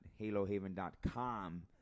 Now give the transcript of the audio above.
halohaven.com